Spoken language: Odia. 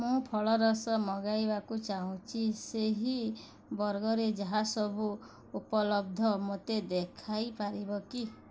ମୁଁ ଫଳରସ ମଗାଇବାକୁ ଚାହୁଁଛି ସେହି ବର୍ଗରେ ଯାହା ସବୁ ଉପଲବ୍ଧ ମୋତେ ଦେଖାଇ ପାରିବ କି